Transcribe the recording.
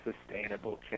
sustainable